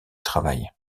travail